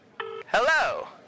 Hello